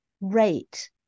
rate